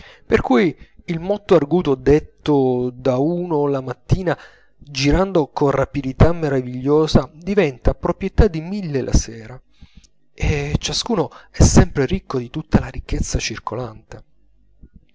per cui il motto arguto detto da uno la mattina girando con rapidità meravigliosa diventa proprietà di mille la sera e ciascuno è sempre ricco di tutta la ricchezza circolante